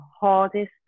hardest